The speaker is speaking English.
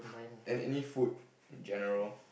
and any food in general